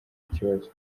ikibazo